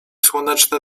słoneczne